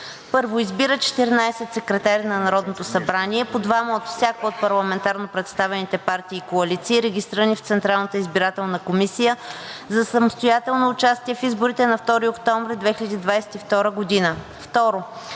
1. Избира 14 секретари на Народното събрание – по двама от всяка от парламентарно представените партии и коалиции, регистрирани в Централната избирателна комисия за самостоятелно участие в изборите на 2 октомври 2022 г.